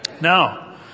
Now